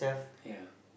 ya